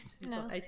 No